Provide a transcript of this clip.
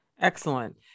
Excellent